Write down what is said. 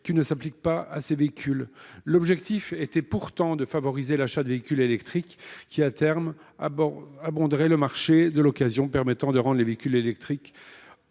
qui ne s’applique pas à ces véhicules. L’objectif était pourtant de favoriser l’achat de véhicules électriques, qui, à terme, alimenteraient le marché de l’occasion, permettant de rendre les véhicules électriques